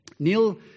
Neil